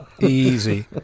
Easy